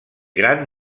gran